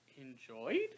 enjoyed